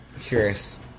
Curious